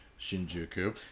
Shinjuku